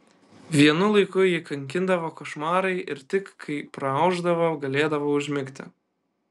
vienu laiku jį kankindavo košmarai ir tik kai praaušdavo galėdavo užmigti